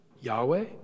Yahweh